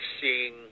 seeing